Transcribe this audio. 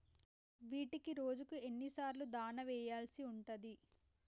వీటికి రోజుకు ఎన్ని సార్లు దాణా వెయ్యాల్సి ఉంటది?